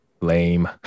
Lame